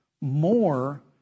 more